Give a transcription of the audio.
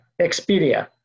Expedia